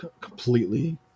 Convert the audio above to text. completely